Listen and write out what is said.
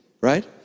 right